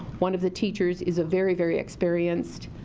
one of the teachers is a very, very experienced,